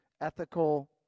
ethical